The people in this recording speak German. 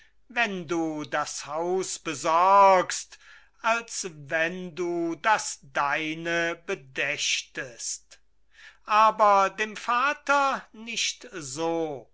wenn du das haus besorgst als wenn du das deine bedächtest aber dem vater nicht so